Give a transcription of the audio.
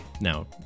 Now